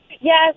Yes